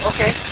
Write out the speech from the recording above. Okay